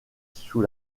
sous